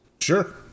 Sure